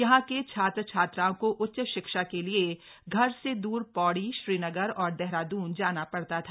यहां के छात्र छात्राओं को उच्च शिक्षा के लिए घर से दूर पौड़ी श्रीनगर और देहरादून जाना पड़ता था